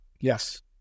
Yes